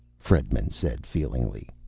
fredman said feelingly.